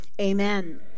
Amen